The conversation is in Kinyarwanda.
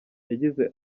yagize